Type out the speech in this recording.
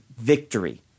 victory